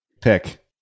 pick